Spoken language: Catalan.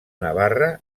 navarra